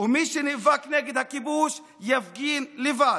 מי שנאבק נגד הכיבוש, יפגין לבד,